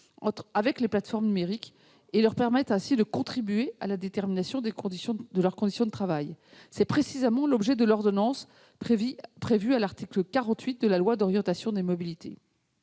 avec les plateformes numériques, et de leur permettre ainsi de contribuer à la détermination de leurs conditions de travail. C'est précisément l'objet de l'ordonnance prévue à l'article 48 de la loi d'orientation des mobilités.